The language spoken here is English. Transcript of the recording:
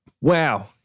Wow